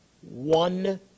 One